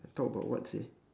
talk about what sia